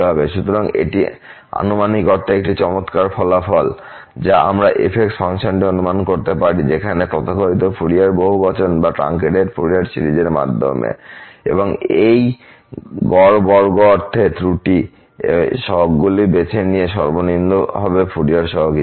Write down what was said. সুতরাং এটি আনুমানিক অর্থে একটি চমৎকার ফলাফল যা আমরা f ফাংশনটি অনুমান করতে পারি যেমন তথাকথিত ফুরিয়ার বহুবচন বা ট্রানকেটেড ফুরিয়ার সিরিজের মাধ্যমে এবং এই গড় বর্গ অর্থে ত্রুটি এই সহগ গুলি বেছে নিয়ে সর্বনিম্ন হবে ফুরিয়ার সহগ হিসাবে